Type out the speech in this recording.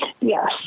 Yes